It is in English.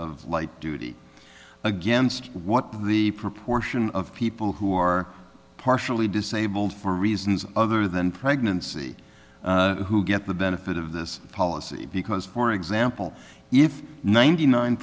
of light duty against what the proportion of people who are partially disabled for reasons other than pregnancy who get the benefit of this policy because for example if ninety nine